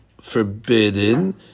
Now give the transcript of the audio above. forbidden